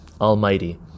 Almighty